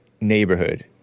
neighborhood